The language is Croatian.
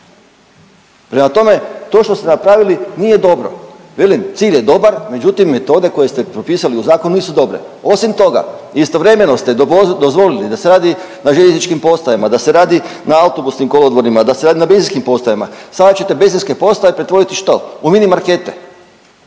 Prema tome, to što ste napravili nije dobro. Velim cilj je dobar, međutim metode koje ste propisali u zakonu nisu dobre. Osim toga, istovremeno ste dozvolili da se radi na željezničkim postajama, da se radi na autobusnim kolodvorima, da se radi na benzinskim postajama. Sada ćete benzinske postaje pretvoriti u što? U mini markete.